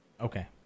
Okay